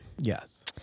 Yes